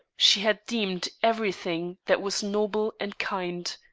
she had deemed every thing that was noble and kind.